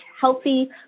healthy